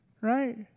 right